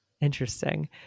Interesting